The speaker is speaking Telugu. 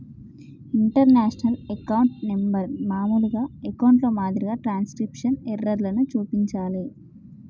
ఇంటర్నేషనల్ అకౌంట్ నంబర్ మామూలు అకౌంట్ల మాదిరిగా ట్రాన్స్క్రిప్షన్ ఎర్రర్లను చూపించలే